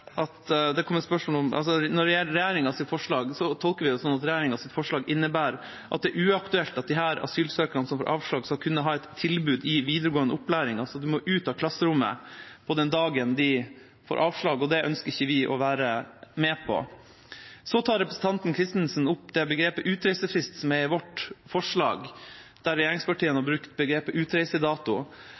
at forslaget innebærer at det er uaktuelt at de asylsøkerne som får avslag, skal kunne ha et tilbud i videregående opplæring. De må ut av klasserommet den dagen de får avslag, og det ønsker ikke vi å være med på. Så tar representanten Turid Kristensen opp begrepet «utreisefrist», som står i vårt forslag, der regjeringspartiene har brukt begrepet